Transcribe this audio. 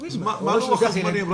מה לוח הזמנים?